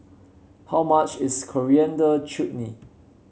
how much is Coriander Chutney